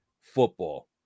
football